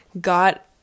got